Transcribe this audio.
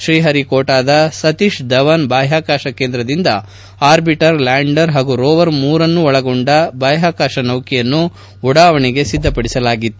ಶ್ರೀಹರಿಕೋಟಾದ ಸತೀಶಧವನ್ ಬಾಹ್ಯಾಕಾಶ ಕೇಂದ್ರದಿಂದ arbiter lander ಹಾಗೂ ರೋವರ್ ಮೂರನ್ನೂ ಒಳಗೊಂಡ ಬಾಹ್ವಾಕಾಶ ನೌಕೆಯನ್ನು ಉಡಾವಣೆಗೆ ಸಿದ್ದಪಡಿಸಲಾಗಿತ್ತು